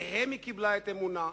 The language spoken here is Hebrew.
מהם היא קיבלה את אמונה,